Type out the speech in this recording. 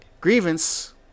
grievance